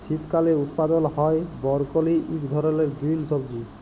শীতকালে উৎপাদল হ্যয় বরকলি ইক ধরলের গিরিল সবজি